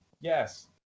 Yes